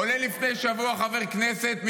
עולה לפני שבוע חבר כנסת,